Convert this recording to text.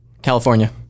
California